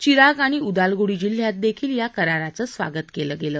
विराग आणि उदालगुडी जिल्ह्यात देखील या कराराचं स्वागत केलं गेलं